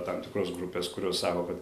tam tikros grupės kurios sako kad